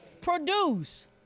produce